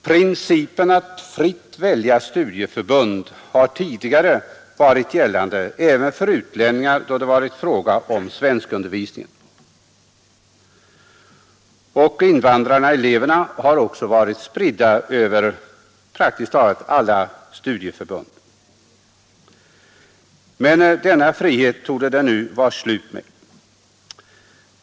Principen att fritt välja studieförbund har tidigare varit gällande även för utlänningar då det varit fråga om svenskundervisning, och invandrareleverna har också varit spridda över praktiskt taget alla studieförbund. Men med denna frihet torde det nu vara slut.